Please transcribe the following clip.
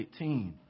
18